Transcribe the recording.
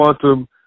quantum